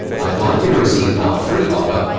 i'd like you to receive our free offer,